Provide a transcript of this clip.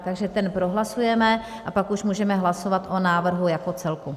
Takže ten prohlasujeme a pak už můžeme hlasovat o návrhu jako celku.